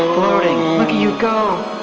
floating. look at you go.